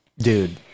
Dude